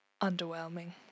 Underwhelming